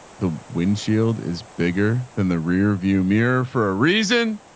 the windshield is bigger than the rear view mirror for a reason.